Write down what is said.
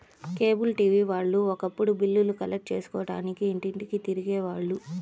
cable TV వాళ్ళు ఒకప్పుడు బిల్లులు కలెక్ట్ చేసుకోడానికి ఇంటింటికీ తిరిగే వాళ్ళు